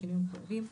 בשינויים המחויבים.